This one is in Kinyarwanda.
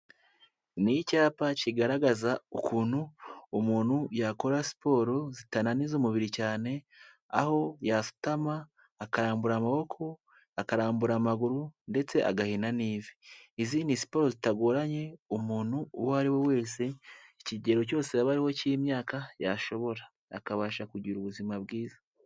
Ni icyapa kigaragaza ukuntu umuntu yakora siporo zitananiza umubiri cyane, aho yasutama akarambura amaboko, akarambura amaguru ndetse agahina n'ivi. Izi ni siporo zitagoranye umuntu uwo ari we wese, ikigero cyose yaba ariho cy'imyaka yashobora akabasha kugira ubuzima bwiza.